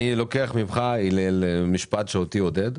אני לוקח ממך, הלל, משפט שאותי עודד.